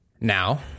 now